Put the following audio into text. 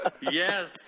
Yes